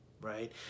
right